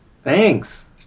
thanks